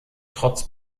trotz